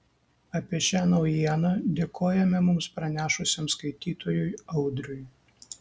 apie šią naujieną dėkojame mums pranešusiam skaitytojui audriui